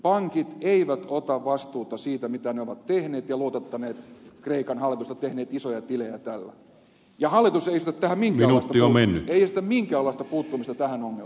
pankit eivät ota vastuuta siitä mitä ne ovat tehneet ja luotottaneet kreikan hallitusta tehneet isoja tilejä tällä ja hallitus ei esitä tähän minkäänlaista puuttumista ei esitä minkäänlaista puuttumista tähän ongelmaan